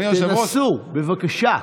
תנסו, בבקשה.